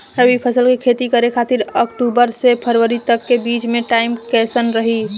रबी फसल के खेती करे खातिर अक्तूबर से फरवरी तक के बीच मे टाइम कैसन रही?